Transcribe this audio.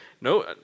no